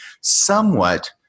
somewhat